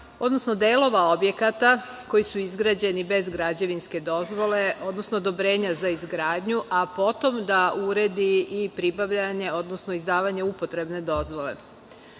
odnosno delova objekata koji su izgrađeni bez građevinske dozvole, odnosno odobrenja za izgradnju, a potom da uredi i pribavljanje, odnosno izdavanje upotrebne dozvole.